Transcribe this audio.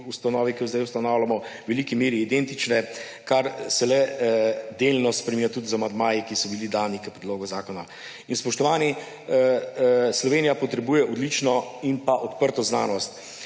ustanovi, ki jo sedaj ustanavljamo, v veliki meri identične, kar se le delno spreminja tudi z amandmaji, ki so bili dani k predlogu zakona. Spoštovani, Slovenija potrebuje odlično in odprto znanost